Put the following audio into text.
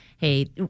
hey